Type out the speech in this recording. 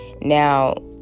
Now